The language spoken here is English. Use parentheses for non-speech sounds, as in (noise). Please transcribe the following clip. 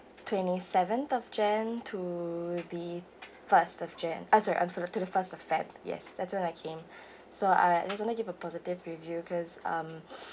twenty seventh of jan to the first of jan ah sorry to the first of feb yes that's when I came so I just want to give a positive review cause um (breath)